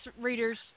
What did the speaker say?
readers